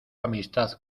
amistad